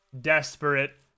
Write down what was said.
desperate